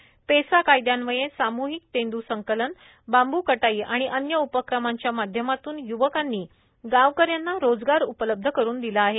PESA कायद्यान्वये सामूहिक तेंद् संकलन बांबू कटाई आणि अन्य उपक्रमांच्या माध्यमातून य्वकांनी गावकऱ्यांना रोजगार उपलब्ध करुन दिला आहे